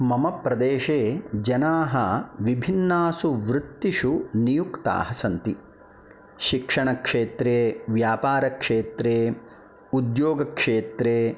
मम प्रदेशे जनाः विभिन्नासु वृत्तिषु नियुक्ताः सन्ति शिक्षणक्षेत्रे व्यापारक्षेत्रे उद्दोगक्षेत्रे